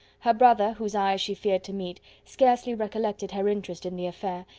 her brother, whose eye she feared to meet, scarcely recollected her interest in the affair,